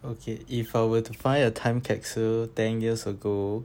okay if I were to find a time capsule ten years ago